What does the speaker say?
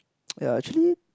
ya actually